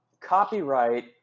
Copyright